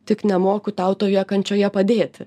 tik nemoku tau toje kančioje padėti